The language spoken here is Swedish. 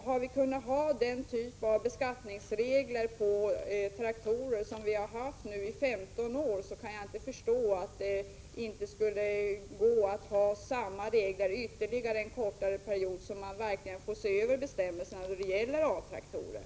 Har vi kunnat ha dessa beskattningsregler i 15 år, kan jag inte förstå att det inte skulle vara möjligt att ha samma regler ytterligare en kort period, under vilken man verkligen hann se över bestämmelserna för A-traktorer.